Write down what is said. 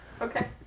Okay